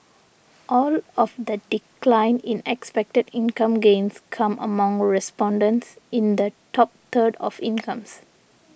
all of the decline in expected income gains come among respondents in the top third of incomes